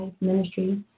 ministry